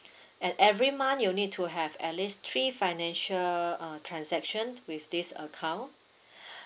and every month you need to have at least three financial uh transaction with this account